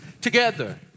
together